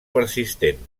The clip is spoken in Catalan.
persistent